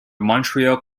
montreal